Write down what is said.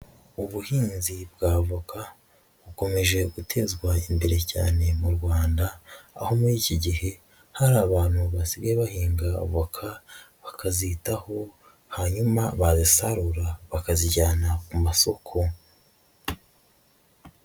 Ubuhinzi bwa avoka bukomeje gutezwa imbere cyane mu Rwanda, aho muri iki gihe hari abantu basigaye bahinga avoka bakazitaho, hanyuma bazisarura bakazijyana ku masoko.